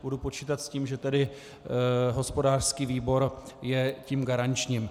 Budu počítat s tím, že tedy hospodářský výbor je tím garančním.